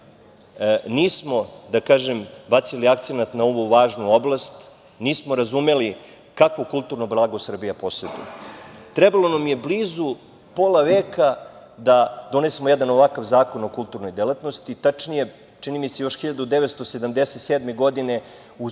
nismo bacili akcenat na ovu važnu oblast, nismo razumeli kakvo kulturno blago Srbija poseduje. Trebalo nam je blizu pola veka da donesemo jedan ovakav zakon o kulturnoj delatnosti, tačnije, čini mi se još 1977. godine u